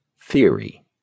theory